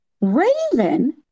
Raven